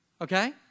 Okay